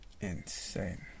Insane